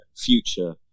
future